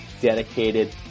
dedicated